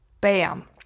bam